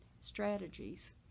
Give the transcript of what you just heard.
strategies